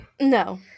No